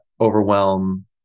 overwhelm